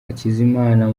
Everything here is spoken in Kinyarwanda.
hakizimana